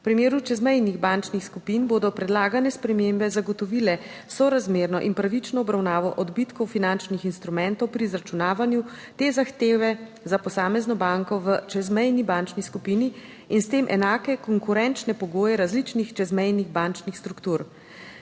V primeru čezmejnih bančnih skupin bodo predlagane spremembe zagotovile sorazmerno in pravično obravnavo odbitkov finančnih instrumentov pri izračunavanju te zahteve za posamezno banko v čezmejni bančni skupini in s tem enake konkurenčne pogoje različnih čezmejnih bančnih struktur.